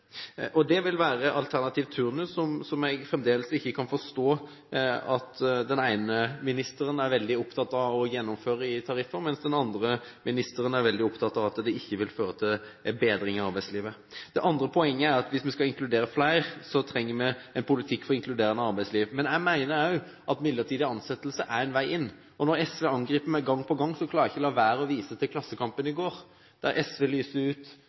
Det vil være alternativ turnus, noe jeg fremdeles ikke kan forstå at den ene ministeren er veldig opptatt av å gjennomføre i tariffer, mens den andre ministeren er veldig opptatt av at det ikke vil føre til bedring av arbeidslivet. Det andre poenget er at hvis vi skal inkludere flere, trenger vi en politikk for inkluderende arbeidsliv. Men jeg mener at også midlertidige ansettelser er en vei inn. Når SV angriper meg gang på gang, klarer jeg ikke la være å vise til Klassekampen i går, der SV lyste ut